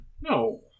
No